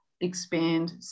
expand